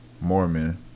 Mormon